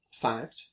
fact